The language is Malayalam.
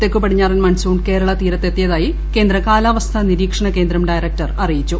തെക്കുപടിഞ്ഞാറൻ മൺസൂൺ കേരള തീരത്തിലെത്തിയതായി കേന്ദ്ര കാലാവസ്ഥാ നിരീക്ഷണകേന്ദ്രം ഡയറക്ടർ അറിയിച്ചു